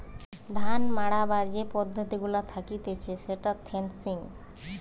ধান মাড়াবার যে পদ্ধতি গুলা থাকতিছে সেটা থ্রেসিং